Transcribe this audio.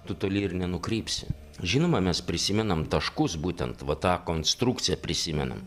tu toli ir nenukrypsi žinoma mes prisimenam taškus būtent va tą konstrukciją prisimenam